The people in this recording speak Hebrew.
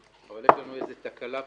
אבל יש לנו איזו תקלה פה,